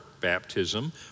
baptism